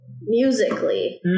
musically